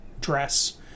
dress